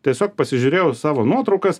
tiesiog pasižiūrėjau savo nuotraukas